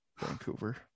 Vancouver